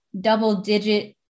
double-digit